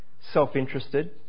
self-interested